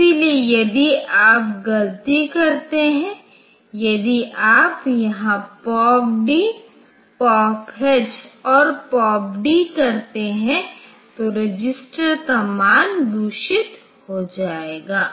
इसलिए यदि आप गलती करते हैं यदि आप यहाँ POP D POP H और POP D करते हैं तो रजिस्टर का मान दूषित हो जाएगा